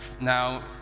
Now